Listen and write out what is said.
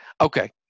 okay